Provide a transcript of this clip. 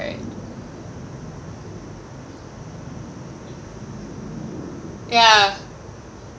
right ya